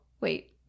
Wait